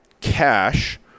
cash